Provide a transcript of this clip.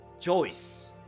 choice